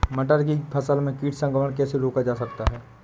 मटर की फसल में कीट संक्रमण कैसे रोका जा सकता है?